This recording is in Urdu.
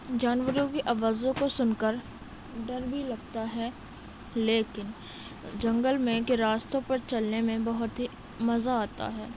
جانوروں کی آوازوں کو سن کر ڈر بھی لگتا ہے لیکن جنگل میں کے راستوں پر چلنے میں بہت ہی مزہ آتا ہے